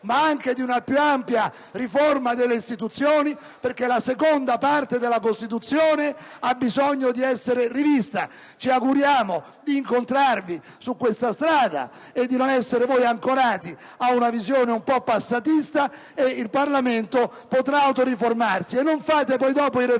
ma anche di una più ampia riforma delle istituzioni, perché la seconda parte della Costituzione ha bisogno di essere rivista. Ci auguriamo di incontrarvi su questa strada e che non rimaniate ancorati ad una visione un po' passatista, in modo che il Parlamento possa autoriformarsi. E che non facciate poi i *referendum*